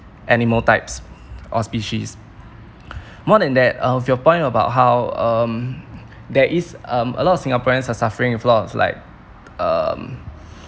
animal types or species more than that uh your point about how um there is um a lot of Singaporeans are suffering with a lot of like um